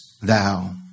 thou